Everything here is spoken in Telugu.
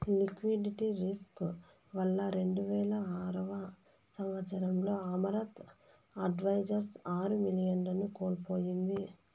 లిక్విడిటీ రిస్కు వల్ల రెండువేల ఆరవ సంవచ్చరంలో అమరత్ అడ్వైజర్స్ ఆరు మిలియన్లను కోల్పోయింది